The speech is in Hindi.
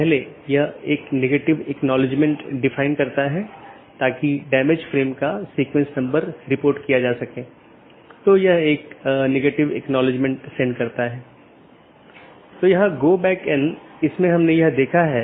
इसका मतलब है कि मार्ग इन कई AS द्वारा परिभाषित है जोकि AS की विशेषता सेट द्वारा परिभाषित किया जाता है और इस विशेषता मूल्यों का उपयोग दिए गए AS की नीति के आधार पर इष्टतम पथ खोजने के लिए किया जाता है